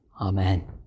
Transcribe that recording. Amen